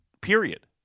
period